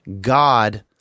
God